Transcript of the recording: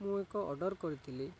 ମୁଁ ଏକ ଅର୍ଡ଼ର କରିଥିଲି